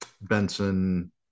Benson